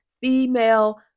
female